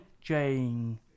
Jane